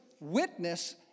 witness